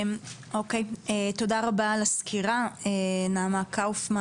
תודה רבה על הסקירה, נעמה קאופמן